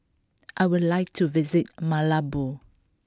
I would like to visit Malabo